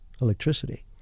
Electricity